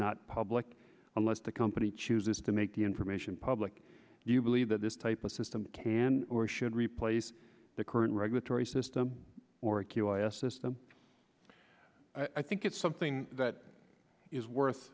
not public unless the company chooses to make the information public you believe that this type of system can or should replace the current regulatory system or the system i think it's something that is worth